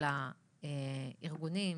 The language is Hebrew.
של הארגונים,